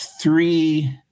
three